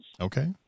Okay